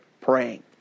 praying